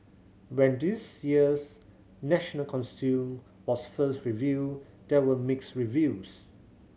when this year's national costume was first revealed there were mixed reviews